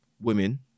women